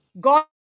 God